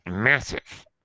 Massive